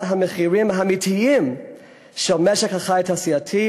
המחירים האמיתיים של משק החי התעשייתי,